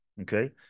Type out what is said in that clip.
okay